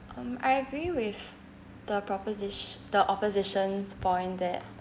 um I agree with the proposi~ the opposition's point that